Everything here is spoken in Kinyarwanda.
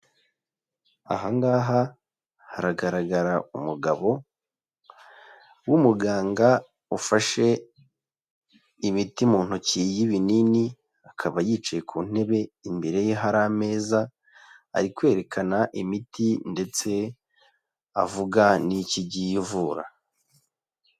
Aha ngaha haragaragara umugabo w'umuganga ufashe ibiti mu ntoki y'ibinini akaba yicaye ku ntebe, imbere ye hari ameza ari kwerekana imiti ndetse avuga n'icyo igiye ivura.